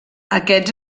aquests